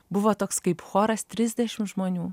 buvo toks kaip choras trisdešimt žmonių